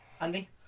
Andy